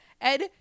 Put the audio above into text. ed